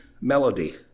melody